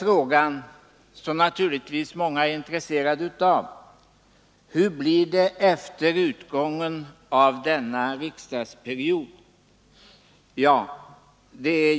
Många är naturligtvis intresserade av frågan: Hur blir det efter utgången av denna riksdagsperiod?